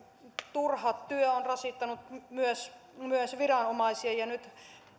turha työ on rasittanut myös myös viranomaisia ja nyt